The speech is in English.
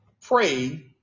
pray